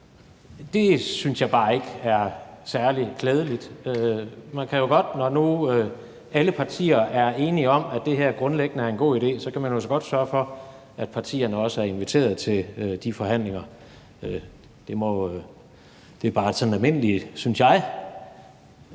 det synes jeg bare ikke er særlig klædeligt. Man kan jo, når nu alle partier er enige om, at det her grundlæggende er en god idé, så godt sørge for, at partierne også er inviteret til de forhandlinger. Det synes jeg bare sådan er et almindeligt